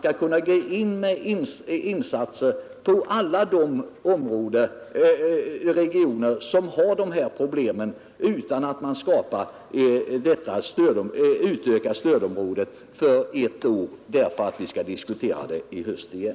Vi vill göra insatser i alla de regioner som har dessa problem utan att därmed utöka stödområdet under ett år. Vi skall ju diskutera problemet i höst igen.